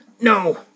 no